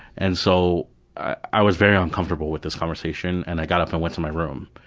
and so i was very uncomfortable with this conversation and i got up and went to my room.